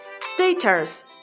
Status